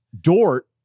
Dort